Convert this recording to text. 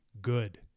good